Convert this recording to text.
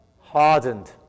hardened